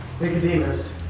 Nicodemus